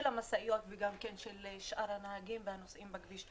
של המשאיות וגם של שאר הנהגים והנוסעים בכביש,